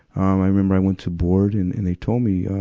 um i remember i went to board and, and they told me,